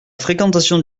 fréquentation